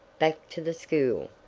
back to the school,